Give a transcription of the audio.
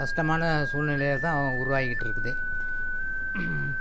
கஷ்டமான சூழ்நிலையைதான் உருவாக்கிட்டு இருக்குது